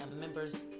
members